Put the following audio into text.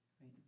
Right